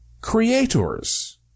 creators